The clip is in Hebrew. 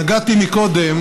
נגעתי קודם